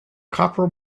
copper